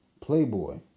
Playboy